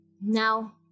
Now